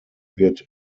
wird